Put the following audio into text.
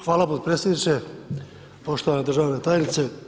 Hvala podpredsjedniče, poštovana državna tajnice.